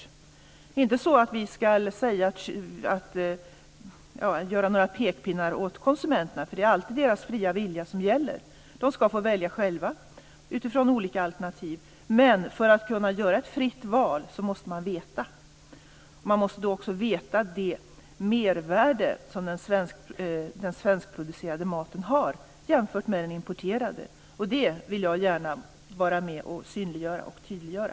Det är inte så att vi ska använda några pekpinnar mot konsumenterna. Det är alltid deras fria vilja som gäller. De ska få välja själva utifrån olika alternativ. Men för att kunna göra ett fritt val måste man veta. Man måste då också veta det mervärde som den svenskproducerade maten har jämfört med den importerade. Det vill jag gärna vara med och synliggöra och tydliggöra.